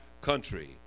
country